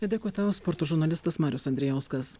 dėkui tau sporto žurnalistas marius andrijauskas